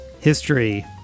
history